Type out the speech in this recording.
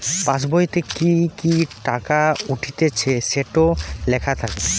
পাসবোইতে কি কি টাকা উঠতিছে সেটো লেখা থাকে